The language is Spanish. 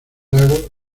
lago